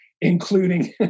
including